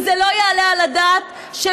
כי לא יעלה על הדעת, השרה עולה להשיב.